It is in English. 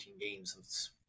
games